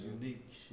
unique